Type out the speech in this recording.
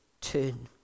turn